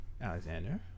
Alexander